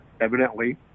Evidently